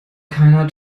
keiner